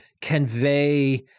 convey